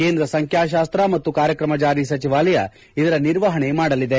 ಕೇಂದ್ರ ಸಂಖ್ಯಾಶಾಸ್ತ ಮತ್ತು ಕಾರ್ಯಕ್ರಮ ಜಾರಿ ಸಚಿವಾಲಯ ಇದರ ನಿರ್ವಹಣೆ ಮಾಡಲಿದೆ